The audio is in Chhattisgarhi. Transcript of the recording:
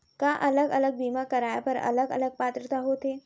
का अलग अलग बीमा कराय बर अलग अलग पात्रता होथे?